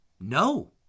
no